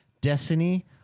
Destiny